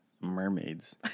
Mermaids